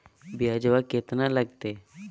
ब्यजवा केतना लगते?